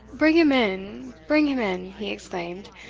bring him in! bring him in! he exclaimed.